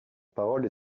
parole